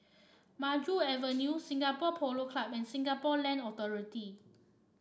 Maju Avenue Singapore Polo Club and Singapore Land Authority